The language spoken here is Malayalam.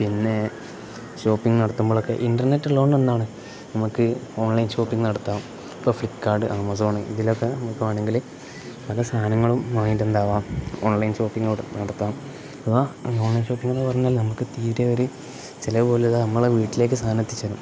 പിന്നെ ഷോപ്പിങ് നടത്തുമ്പോൾ ഒക്കെ ഇൻറ്റർനെറ്റ് ഉള്ളത് കൊണ്ട് എന്താണ് നമുക്ക് ഓൺലൈൻ ഷോപ്പിംഗ നടത്താം ഇപ്പം ഫ്ലിപ്പ്കാർഡ് ആമസോണ് ഇതിലൊക്കെ നമുക്ക് വേണമെങ്കിൽ പല സാധനങ്ങളും വാങ്ങിയിട്ടുണ്ടാകാം ഓൺലൈൻ ഷോപ്പിംഗ നടത്താം അ ഓൺലൈൻ ഷോപ്പിങ് എന്ന് പറഞ്ഞാൽ നമുക്ക് തീരെ ഒരു ചില പോലെ അത് നമ്മൾ വീട്ടിലേക്ക് സാധനം എത്തിച്ച് തരും